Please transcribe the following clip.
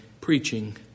preaching